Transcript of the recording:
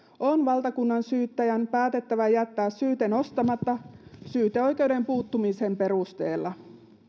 on valtakunnansyyttäjän päätettävä jättää syyte nostamatta syyteoikeuden puuttumisen perusteella